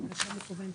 נפגעו, שי, הם נפגעו.